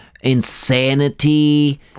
insanity